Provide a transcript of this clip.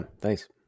Thanks